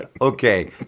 okay